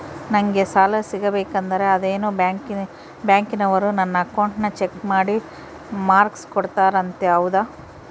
ನಂಗೆ ಸಾಲ ಸಿಗಬೇಕಂದರ ಅದೇನೋ ಬ್ಯಾಂಕನವರು ನನ್ನ ಅಕೌಂಟನ್ನ ಚೆಕ್ ಮಾಡಿ ಮಾರ್ಕ್ಸ್ ಕೊಡ್ತಾರಂತೆ ಹೌದಾ?